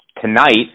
tonight